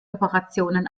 operationen